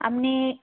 আপনি